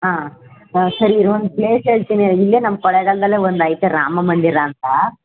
ಹಾಂ ಸರಿ ಇರು ಒಂದು ಪ್ಲೇಸ್ ಹೇಳ್ತೀನಿ ಇಲ್ಲೇ ನಮ್ಮ ಕೊಳ್ಳೆಗಾಲ್ದಲ್ಲೇ ಒಂದೈತೆ ರಾಮಮಂದಿರ ಅಂತ